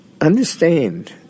understand